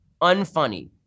unfunny